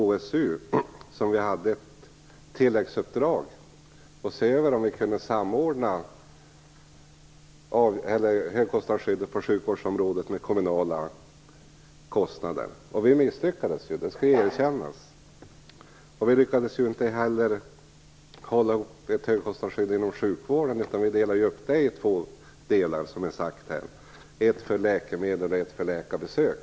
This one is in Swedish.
Där hade vi ett tilläggsuppdrag att se över om vi kunde samordna högkostnadsskyddet på sjukvårdsområdet med kommunala kostnader. Vi misslyckades, det skall erkännas. Vi lyckades inte heller hålla ihop ett högkostnadsskydd inom sjukvården, utan vi delade upp också det i två delar, som har sagts här. Det var en del för läkemedel och en del för läkarbesök.